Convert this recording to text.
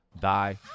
Die